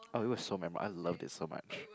it was so memorable I loved it so much